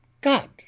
God